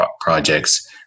projects